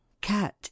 Cat